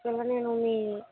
నిన్న నేను మీ